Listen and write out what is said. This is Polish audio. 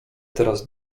teraz